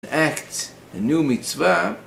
אקט, a new mitzvah